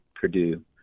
Purdue